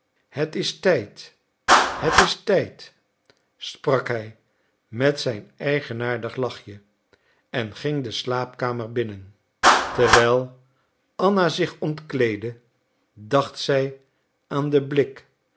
het is tijd het is tijd sprak hij met zijn eigenaardig lachje en ging de slaapkamer binnen terwijl anna zich ontkleedde dacht zij aan den blik